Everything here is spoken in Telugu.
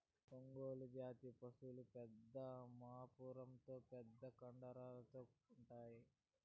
ఒంగోలు జాతి పసులు పెద్ద మూపురంతో పెద్ద కండరాలతో ఉంటాయి